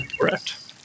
correct